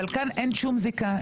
אבל כאן אין שום זיקה.